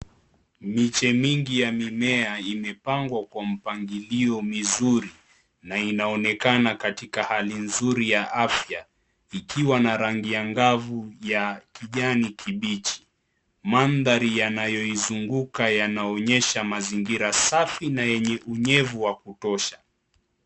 Miche mingi ya mimea imepangwa kwa mipangilio mizuri na inaonekana katika hali ya afya, ikiwa na rangi angavu ya kijani kibichi. Mandhari yanayoizunguka yanaonyesha mazingira safi na yenye unyevunyevu wa kutosha.